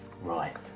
Right